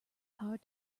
hard